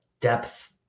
depth